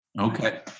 Okay